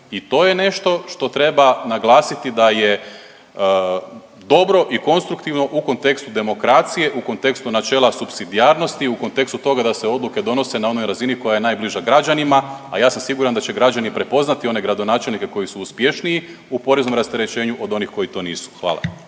i to je nešto što treba naglasiti da je dobro i konstruktivno u kontekstu demokracije, u kontekstu načela supsidijarnosti, u kontekstu toga da se odluke donose na onoj razini koja je najbliža građanima, a ja sam siguran da će građani prepoznati one gradonačelnike koji su uspješniji u poreznom rasterećenju od onih koji to nisu. Hvala.